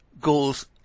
goals